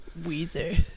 Weezer